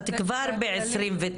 את כבר ב-29,